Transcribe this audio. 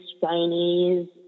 Chinese